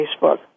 Facebook